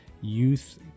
youth